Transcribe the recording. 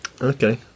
Okay